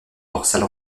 dorsale